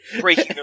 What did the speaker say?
breaking